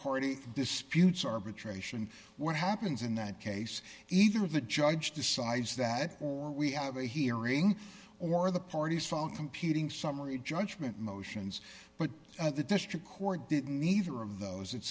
party disputes arbitration what happens in that case either the judge decides that or we have a hearing or the parties fall computing summary judgment motions but the district court did neither of those it